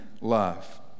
love